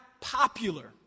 popular